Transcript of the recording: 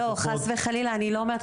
חס וחלילה, אני לא אומרת.